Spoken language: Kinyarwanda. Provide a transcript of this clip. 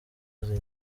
music